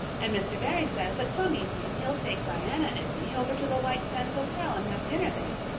and mr. barry says that some evening he'll take diana and me over to the white sands hotel and have dinner there.